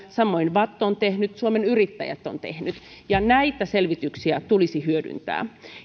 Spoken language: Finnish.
samoin vatt on tehnyt suomen yrittäjät on tehnyt ja näitä selvityksiä tulisi hyödyntää